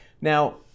now